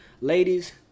ladies